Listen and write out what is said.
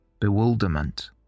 Bewilderment